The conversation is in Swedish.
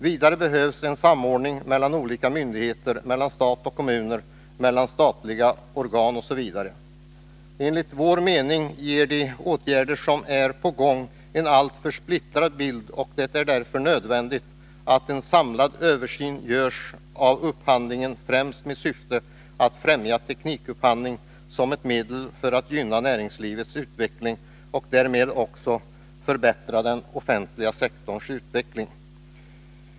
Vidare behövs en samordning mellan olika myndigheter, mellan stat och kommun, mellan statliga organ osv. Enligt vår mening ger de åtgärder som är på gång en alltför splittrad bild, och det är därför nödvändigt att en samlad översyn görs av upphandlingen, främst med syfte att främja teknikupphandling som ett medel för att gynna näringslivets utveckling och därmed också förbättra den offentliga sektorns utveckling.